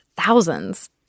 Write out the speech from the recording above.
thousands